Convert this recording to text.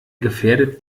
gefährdet